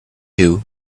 two